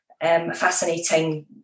fascinating